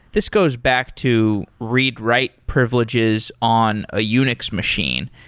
this goes back to read write privileges on a unix machine.